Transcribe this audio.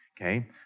Okay